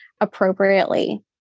appropriately